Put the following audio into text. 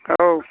औ